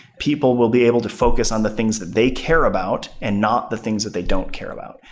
people will be able to focus on the things that they care about and not the things that they don't care about.